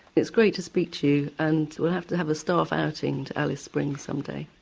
it's great to speak to you and we'll have to have a staff outing to alice springs some day.